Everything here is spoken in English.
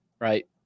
right